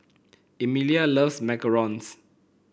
Emilia loves macarons